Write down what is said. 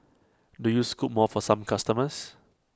do you scoop more for some customers